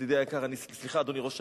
ידידי היקר, סליחה, אדוני ראש העיר,